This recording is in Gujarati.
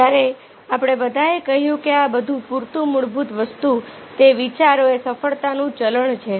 જ્યારે આપણે બધાએ કહ્યું છે આ બધું પરંતુ મૂળભૂત વસ્તુ તે વિચાર એ સફળતાનું ચલણ છે